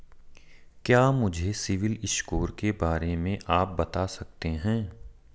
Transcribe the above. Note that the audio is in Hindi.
क्या मुझे सिबिल स्कोर के बारे में आप बता सकते हैं?